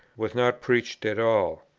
was not preached at all.